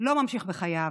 לא ממשיך בחייו.